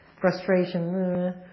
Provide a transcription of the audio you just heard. frustration